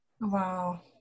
Wow